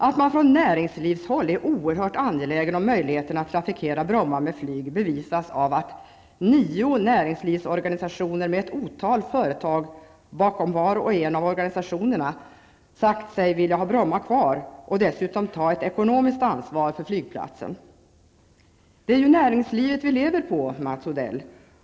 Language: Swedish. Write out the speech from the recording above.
Att man från näringslivshåll är oerhört angelägen om möjligheten att trafikera Bromma med flyg bevisas av att nio näringslivsorganisationer, med ett otal företag bakom var och en av organisationerna, har sagt sig vilja ha Bromma kvar och dessutom ta ett ekonomiskt ansvar för flygplatsen. Det är ju näringslivet vi lever på, Mats Odell.